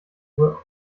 were